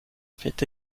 fait